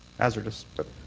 hazardous. but